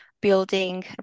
building